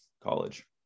college